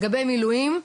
לגבי מילואים,